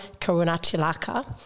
Karunatilaka